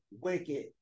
wicked